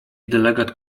delegat